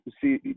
see